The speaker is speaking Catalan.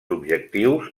objectius